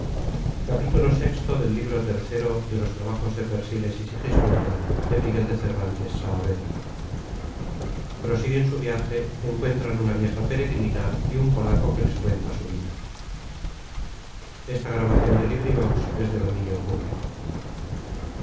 prosiguen su viaje encuentran una vieja peregrina y un polaco que les cuenta su vida